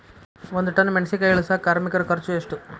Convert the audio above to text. ಒಂದ್ ಟನ್ ಮೆಣಿಸಿನಕಾಯಿ ಇಳಸಾಕ್ ಕಾರ್ಮಿಕರ ಖರ್ಚು ಎಷ್ಟು?